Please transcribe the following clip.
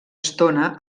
estona